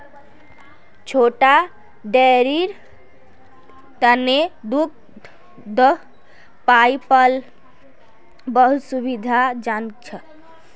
छोटा डेरीर तने दूध पाइपलाइन बहुत सुविधाजनक छ